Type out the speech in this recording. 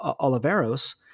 Oliveros